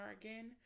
again